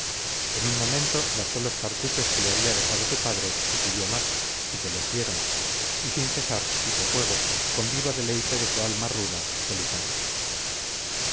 en un momento gastó los cartuchos que le había dejado su padre y pidió más y se los dieron y sin cesar hizo fuego con vivo deleite de su alma ruda solitaria